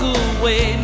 away